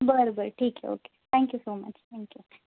बरं बरं ठीक आहे okay thank you so much thank you